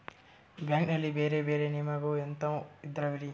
Bank ನಲ್ಲಿ ಬೇರೆ ಬೇರೆ ವಿಮೆಗಳು ಎಂತವ್ ಇದವ್ರಿ?